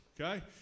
Okay